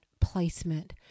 placement